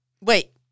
Wait